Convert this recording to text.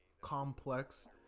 Complex